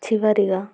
చివరిగా